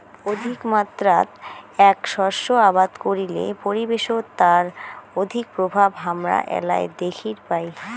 অধিকমাত্রাত এ্যাক শস্য আবাদ করিলে পরিবেশত তার অধিক প্রভাব হামরা এ্যালায় দ্যাখির পাই